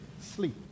sleep